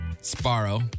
Sparrow